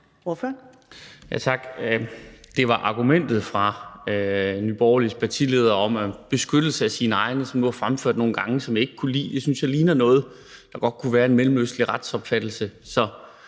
(V): Tak. Det var argumentet fra Nye Borgerliges partileder om beskyttelse af sine egne, som hun nu har fremført nogle gange, som jeg ikke kunne lide. Det synes jeg ligner noget, der godt kunne være en mellemøstlig retsopfattelse.